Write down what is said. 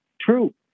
true